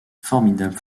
formidable